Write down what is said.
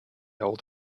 old